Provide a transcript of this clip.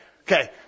Okay